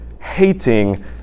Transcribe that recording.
hating